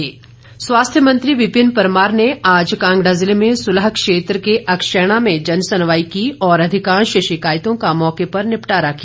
विपिन परमार स्वास्थ्य मंत्री विपिन परमार ने आज कांगड़ा जिले में सुलह क्षेत्र के अक्षैणा में जन सुनवाई की और अधिकांश शिकायतों का मौके पर निपटारा किया